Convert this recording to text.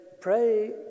pray